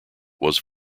was